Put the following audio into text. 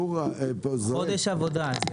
חודש עבודה.